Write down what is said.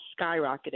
skyrocketing